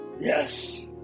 Yes